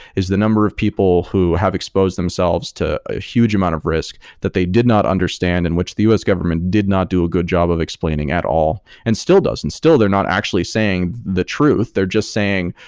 is the number of people who have expose themselves to a huge amount of risk that they did not understand, in which the us government did not do a good job of explaining at all and still doesn't. still, they're not actually saying the truth. they're just saying,